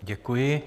Děkuji.